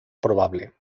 probable